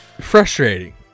frustrating